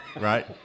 right